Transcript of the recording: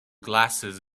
glasses